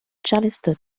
charleston